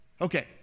Okay